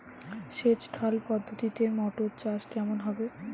সেচ খাল পদ্ধতিতে মটর চাষ কেমন হবে?